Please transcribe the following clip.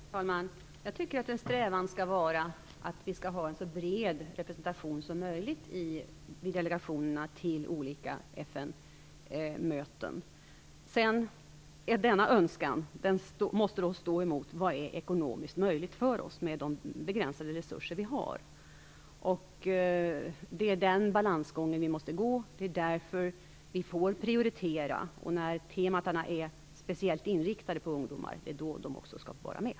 Fru talman! Jag tycker att en strävan skall vara att vi skall ha en så bred representation som möjligt i delegationerna till olika FN-möten. Denna önskan måste då stå emot vad som är ekonomiskt möjligt för oss med de begränsade resurser vi har. Det är den balansgången vi måste gå. Det är därför vi får prioritera. När det är teman speciellt inriktade på ungdomar skall de också få vara med.